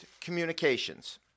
communications